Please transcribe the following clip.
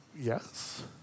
yes